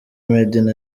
mdee